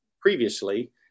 previously